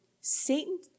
Satan